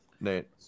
Nate